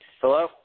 Hello